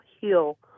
heal